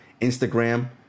Instagram